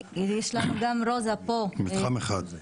מתחם אחד.